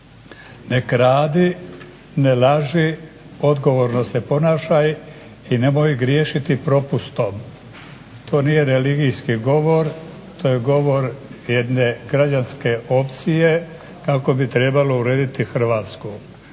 Ne kradi, ne laži, odgovorno se ponašaj i nemoj griješiti propustom. To nije religijski govor, to je govorio jedne građanske opcije kako bi trebalo urediti Hrvatsku.